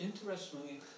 interestingly